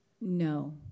No